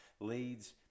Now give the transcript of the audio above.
leads